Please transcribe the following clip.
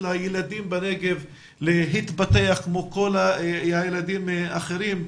לילדים בנגב להתפתח כמו כל הילדים האחרים,